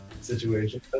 situation